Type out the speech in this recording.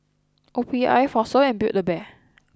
O P I Fossil and Build A Bear